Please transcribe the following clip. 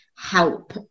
help